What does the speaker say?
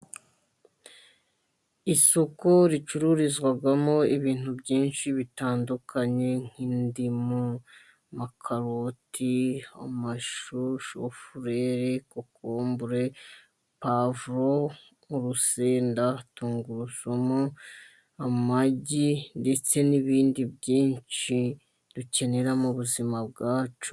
Isoko ricururizwamo ibintu byinshi bitandukanye nk'indimu, kaboti, amashushu, kokumbure, pavuro, urusenda, tungurusumu, amagi, ndetse n'ibindi byinshi dukenera mu buzima bwacu.